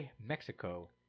Mexico